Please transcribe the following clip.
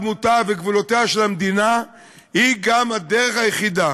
דמותה וגבולותיה של המדינה היא גם הדרך היחידה